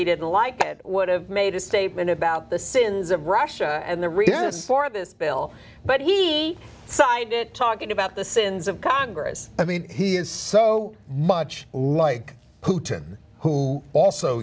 he didn't like it would have made a statement about the sins of russia and the reality of this bill but he signed it talking about the sins of congress i mean he is so much like hooten who also